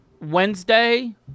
Wednesday